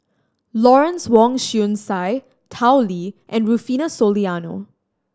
Lawrence Wong Shyun Tsai Tao Li and Rufino Soliano